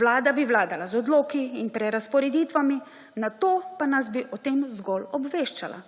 Vlada bi vladala z odloki in prerazporeditvami, nato pa nas bi o tem zgolj obveščala.